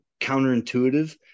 counterintuitive